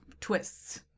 twists